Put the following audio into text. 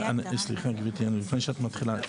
סליחה, גבירתי, לפני שאת מתחילה.